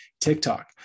TikTok